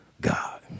God